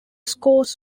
scores